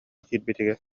киирбитигэр